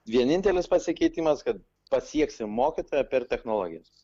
vienintelis pasikeitimas kad pasieksim mokytoją per technologijas